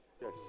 Yes